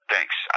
Thanks